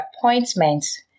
appointments